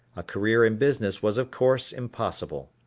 a career in business was of course impossible.